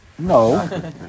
No